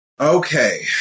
Okay